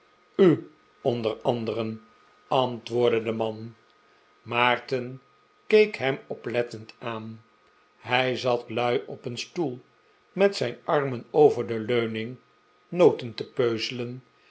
u onder anderen antwoordde de man maarten keek hem oplettend aan hij zat lui op een stoel met zijn armen over de leuning noten te